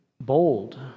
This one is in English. Bold